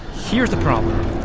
here's the problem.